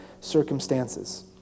circumstances